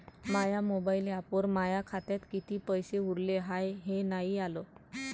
माया mobile ॲपवर माया खात्यात किती पैसे उरले हाय हे नाही आलं